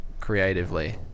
creatively